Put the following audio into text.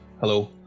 Hello